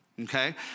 Okay